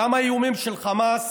גם האיומים של חמאס,